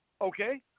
Okay